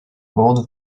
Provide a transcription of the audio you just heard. powodów